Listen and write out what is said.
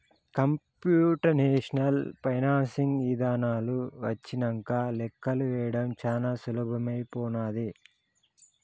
computational financing ఇదానాలు వచ్చినంక లెక్కలు వేయడం చానా సులభమైపోనాది